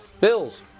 Bills